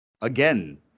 Again